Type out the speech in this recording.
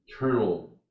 internal